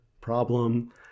problem